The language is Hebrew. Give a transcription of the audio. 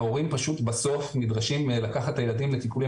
ההורים בסוף נדרשים לקחת את הילדים לטיפולים